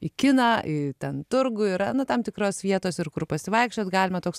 į kiną į ten turgų yra nu tam tikros vietos ir kur pasivaikščiot galima toks